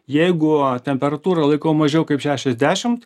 jeigu temperatūrą laikau mažiau kaip šešiasdešimt